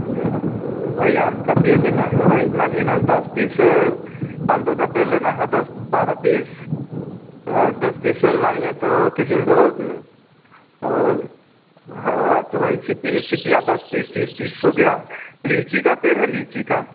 नहीं तो वही आम का पेड़ लेना है वही मानिए ना दस पीस मालदों को पेड़ लेना है दस बारह पीस और दस पीस मानिए तो किसिम भोग और हाँ तो वही सीतिया सीतिया दस पीस तीस तीस हो गया लीची का पेड़ है लीची का